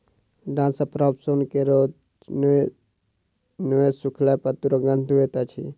डांट सॅ प्राप्त सोन के रौद मे नै सुखयला पर दुरगंध दैत अछि